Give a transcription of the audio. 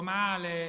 male